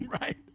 Right